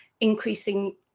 increasing